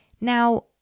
Now